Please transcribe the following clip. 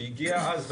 שהיגיע אז,